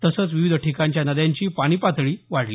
तसंच विविध ठिकाणच्या नद्यांची पाणी पातळी वाढली